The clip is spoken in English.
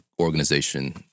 organization